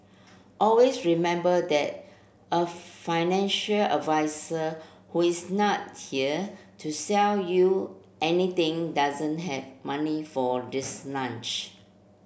always remember that a financial advisor who is not here to sell you anything doesn't have money for this lunch